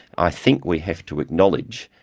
i think we have to acknowledge,